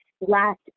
last